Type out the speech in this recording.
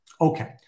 Okay